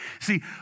See